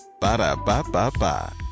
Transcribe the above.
Ba-da-ba-ba-ba